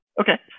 Okay